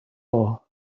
all